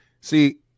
See